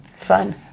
Fun